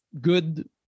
good